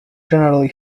generally